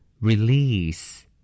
Release